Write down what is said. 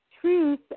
truth